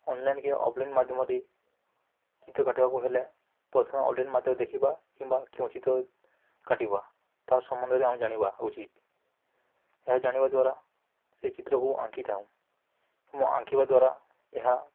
online କିମ୍ବା offline ମାଧ୍ୟମରେ ଚିତ୍ର କାଟିବାକୁ ହେଲେ ପ୍ରଥମେ ଅନ୍ଲାଇନ୍ ମାଧ୍ୟମରେ ଦେଖିବା କିମ୍ବା କେଉଁ ଚିତ୍ର କାଟିବା ତା ସମ୍ବନ୍ଧରେ ଆମେ ଜାଣିବା ଉଚିତ ଏହା ଜାଣିବା ଦ୍ୱାରା ସେ ଚିତ୍ରକୁ ଆଙ୍କି ଥାଉ ଏବଂ ଆଙ୍କିବା ଦ୍ୱାରା ଏହା